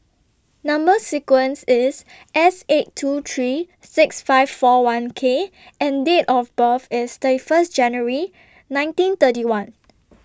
Number sequence IS S eight two three six five four one K and Date of birth IS thirty First January nineteen thirty one